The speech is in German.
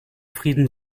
frieden